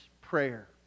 prayer